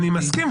אני מסכים.